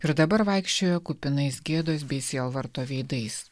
ir dabar vaikščiojo kupinais gėdos bei sielvarto veidais